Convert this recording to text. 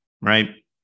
right